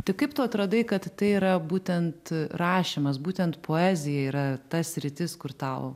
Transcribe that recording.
tai kaip tu atradai kad tai yra būtent rašymas būtent poezija yra ta sritis kur tau